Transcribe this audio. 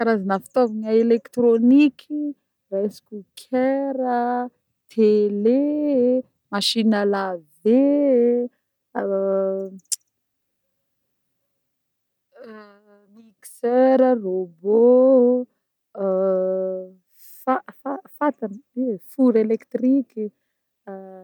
Karazagna fitôvagna elektroniky: rice cooker, télé, machine à laver-er, mixeur, robot, -fa-fa-fatagna ie four electriky.